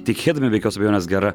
tikėdami be jokios abejonės gera